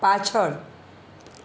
પાછળ